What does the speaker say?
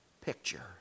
picture